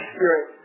Spirit